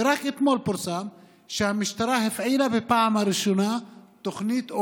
ורק אתמול פורסם שהמשטרה הפעילה בפעם הראשונה תוכנית,